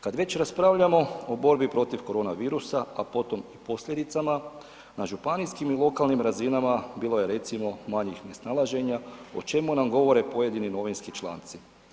Kad već raspravljamo o borbi protiv korona virusa, a potom u posljedicama na županijskim i lokalnim razinama bilo je recimo manjih nesnalaženja o čemu nam govore pojedini novinski članci.